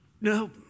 no